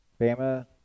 Bama